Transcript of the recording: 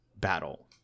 battle